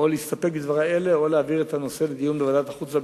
או להסתפק בדברי אלה או להעביר את הנושא לדיון בוועדת החוץ והביטחון,